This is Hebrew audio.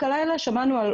שמעתי.